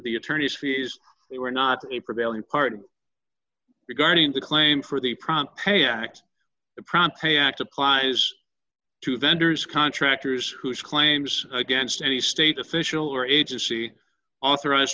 the attorney's fees they were not a prevailing part of regarding the claim for the prompt pay act promptly act applies to vendors contractors whose claims against any state official or agency authorized